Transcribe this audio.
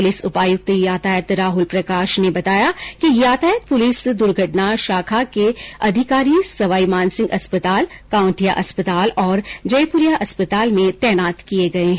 police उपाय्क्त यातायात राहुल प्रकाश ने बताया कि यातायात पुलिस द्र्घटना शाखा के अधिकारी सवाई मानसिंह अस्पताल कावंटियां अस्पताल और जयपुरिया अस्पताल में तैनात किये गये हैं